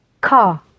Car